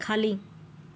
खाली